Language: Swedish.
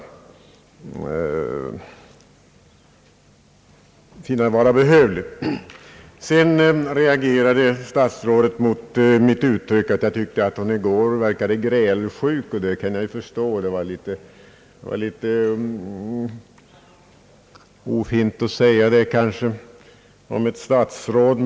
Vidare reagerade statsrådet mot mitt yttrande i går, när jag tyckte att hon verkade grälsjuk. Det kan jag förstå — kanske var det litet ofint att säga så om ett statsråd.